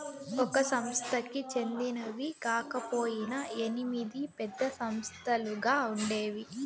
ఒక సంస్థకి చెందినవి కాకపొయినా ఎనిమిది పెద్ద సంస్థలుగా ఉండేవి